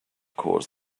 caused